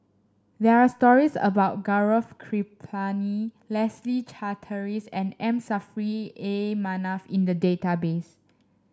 there are stories about Gaurav Kripalani Leslie Charteris and M Saffri A Manaf in the database